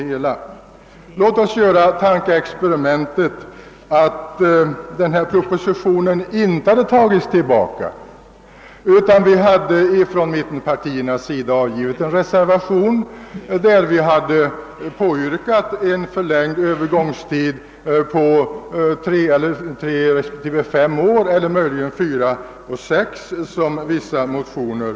Låt oss göra tankeexperimentet att propositionen inte hade dragits tillbaka. Mittenpartiernas representanter skulle alltså ha avgivit en reservation med yrkande om en förlängd övergångstid på tre respektive fem år eller möjligen fyra respektive sex år, som föreslogs i vissa motioner.